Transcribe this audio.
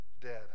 dead